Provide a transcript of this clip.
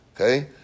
Okay